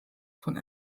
von